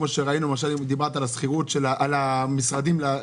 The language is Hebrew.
למשל בנושא של הסבת משרדים למגורים.